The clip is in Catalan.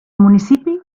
municipi